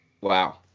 wow